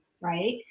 right